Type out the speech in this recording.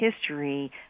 history